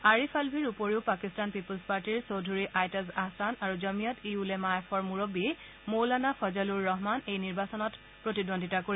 আৰিফ আল্ভিৰ উপৰিও পাকিস্তান পিপল্ছ পাৰ্টীৰ চৌধুৰী আইটাজ আহছান আৰু জমিয়ত ই উলেমা এফৰ মুৰববী মৌলানা ফজল ঊৰ ৰহমান এই নিৰ্বাচনত প্ৰতিদ্বিন্দ্বিতা কৰিব